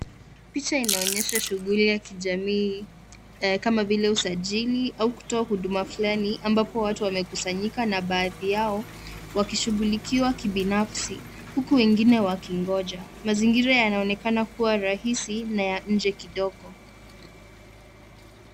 Picha inaonyesha shughuli ya kijamii, kama vile usajili au kutoa huduma fulani ambapo watu wamekusanyika na baadhi yao wakishughulikiwa kibinafsi, huku wengine wakingoja. Mazingira yanaonekana kuwa rahisi na ya nje kidogo.